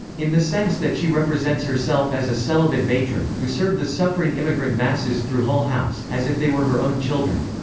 in the sense that she represents herself as a celibate matron, who served the suffering immigrant masses through hull-house, as if they were her own children.